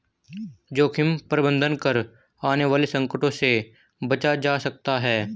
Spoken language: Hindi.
जोखिम प्रबंधन कर आने वाले संकटों से बचा जा सकता है